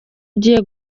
ugiye